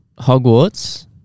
Hogwarts